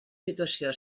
situació